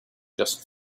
just